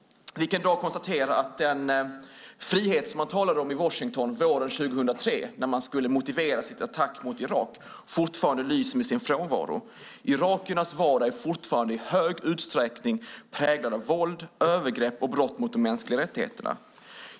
Vi kan i dag konstatera att den frihet som man talade om i Washington våren 2003, när man skulle motivera sin attack mot Irak, fortfarande lyser med sin frånvaro. Irakiernas vardag är fortfarande i hög utsträckning präglad av våld, övergrepp och brott mot de mänskliga rättigheterna.